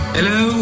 Hello